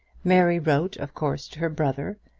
mary wrote of course to her brother,